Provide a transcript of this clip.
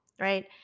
right